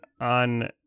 on